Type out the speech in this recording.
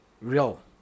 real